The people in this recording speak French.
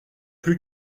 plus